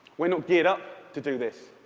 we're not geared up to do this.